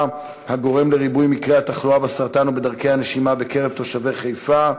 הגורם לתחלואה עודפת בסרטן ובדרכי הנשימה בקרב תושבי חיפה,